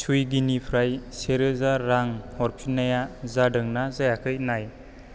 सुइगिनिफ्राय से रोजा रां हरफिन्नाया जादोंना जायाखै नाय